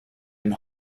den